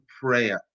prayer